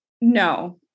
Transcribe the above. No